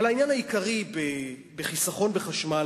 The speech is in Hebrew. אבל העניין העיקרי בחיסכון בחשמל,